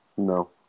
No